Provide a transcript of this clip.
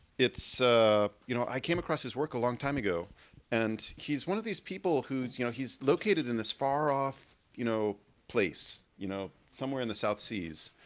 it's ah you know, i came across his work a long time ago and he's one of these people who's you know he's located in this far-off you know place you know somewhere in the south seas